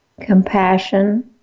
compassion